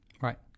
Right